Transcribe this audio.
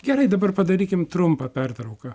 gerai dabar padarykim trumpą pertrauką